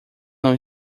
não